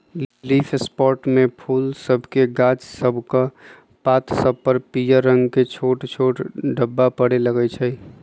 leaf spot में फूल सभके गाछ सभकेक पात सभ पर पियर रंग के छोट छोट ढाब्बा परै लगइ छै